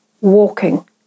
walking